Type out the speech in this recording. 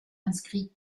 inscrit